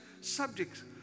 subjects